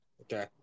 Okay